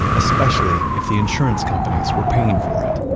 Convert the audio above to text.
especially if the insurance companies were paying for it